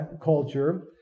culture